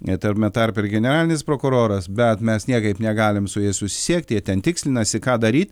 tame tarpe ir generalinis prokuroras bet mes niekaip negalim su jais susisiekti jie ten tikslinasi ką daryt